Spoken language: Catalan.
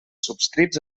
subscrits